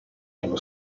allo